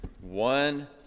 one